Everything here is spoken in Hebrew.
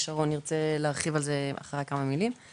אני לא